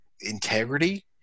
integrity